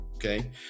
Okay